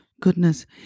Goodness